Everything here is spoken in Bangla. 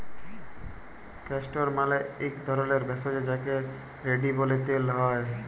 ক্যাস্টর মালে এক ধরলের ভেষজ যাকে রেড়ি ব্যলে তেল হ্যয়